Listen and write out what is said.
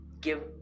give